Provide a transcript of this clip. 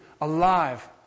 alive